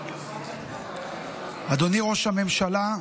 אדוני ראש הממשלה,